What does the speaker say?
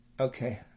Okay